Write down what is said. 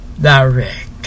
direct